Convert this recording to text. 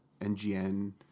ngn